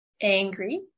angry